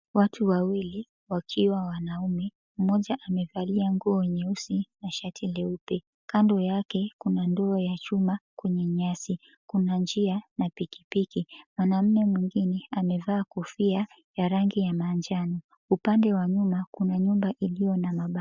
Watu wawili, wakiwa wanaume, mmoja amevalia nguo nyeusi na shati leupe. Kando yake kuna ndoo ya chuma kwenye nyasi kuna njia na pikipiki. Mwanamume mwingine amevaa kofia ya rangi ya manjano. Upande wa nyuma kuna nyumba iliyo na mabati.